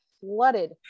flooded